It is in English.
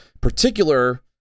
particular